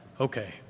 okay